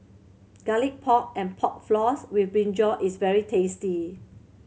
Garlic Pork and Pork Floss with brinjal is very tasty